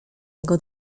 jego